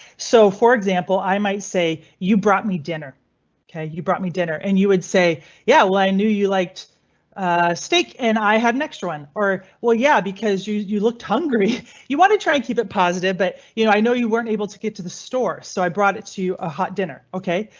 so for example, i might say you brought me dinner you brought me dinner and you would say yeah well i knew you liked steak and i had an extra one or well, yeah because you you looked hungry you want to try and keep it positive but you know i know you weren't able to get to the store so i brought it to a hot dinner ok?